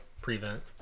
prevent